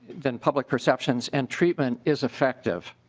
than public perceptions and treatment is effective.